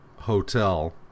hotel